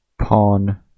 Pawn